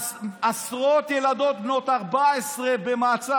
עשרות ילדות בנות 14 במעצר,